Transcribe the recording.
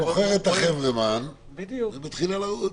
בוחרת את החברמן ומתחילה לרוץ.